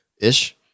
ish